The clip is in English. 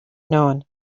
known